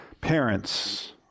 parents